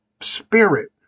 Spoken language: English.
spirit